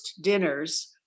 dinners